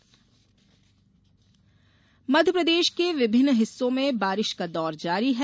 मौसम बारिश मध्यप्रदेश के विभिन्न हिस्सों में बारिश का दौर जारी है